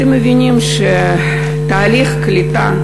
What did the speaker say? אתם מבינים שתהליך הקליטה,